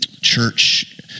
church